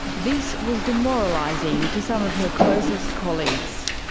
this was demoralising to some of her closest colleagues.